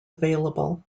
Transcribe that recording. available